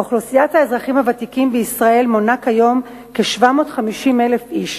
אוכלוסיית האזרחים הוותיקים בישראל כיום היא כ-750,000 איש.